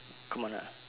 come on lah